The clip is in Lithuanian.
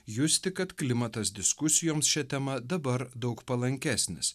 justi kad klimatas diskusijoms šia tema dabar daug palankesnis